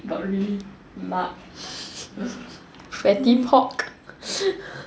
but really lard